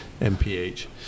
mph